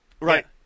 right